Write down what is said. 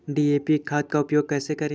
DAP खाद का उपयोग कैसे करें?